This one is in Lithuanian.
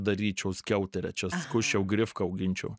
daryčiau skiauterę čia skusčiau grifką auginčiau